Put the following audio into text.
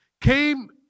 came